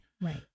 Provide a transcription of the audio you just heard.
Right